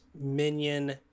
minion